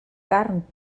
carn